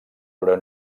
però